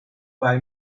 buy